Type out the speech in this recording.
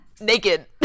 naked